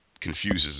confuses